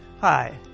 Hi